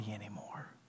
anymore